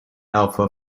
alpha